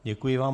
Děkuji vám.